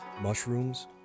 Mushrooms